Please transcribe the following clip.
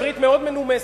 בעברית מאוד מנומסת.